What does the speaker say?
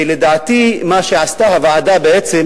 ולדעתי מה שעשתה הוועדה בעצם,